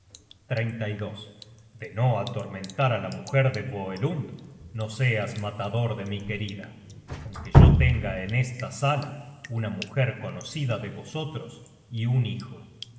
de tu espada de no atormentar á la mujer de voelund no seas matador de mi querida aunque yo tenga en esta sala una mujer conocida de vosotros y un hijo